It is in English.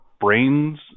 brains